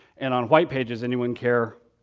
and on whitepages, anyone care?